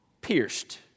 pierced